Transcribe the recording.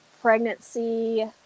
pregnancy